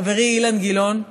לחברי אילן גילאון,